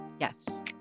Yes